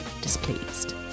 displeased